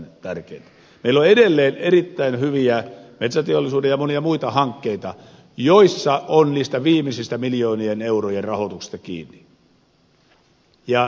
meillä on edelleen erittäin hyviä metsäteollisuuden ja monia muita hankkeita jotka ovat niiden viimeisten miljoonien eurojen rahoituksesta kiinni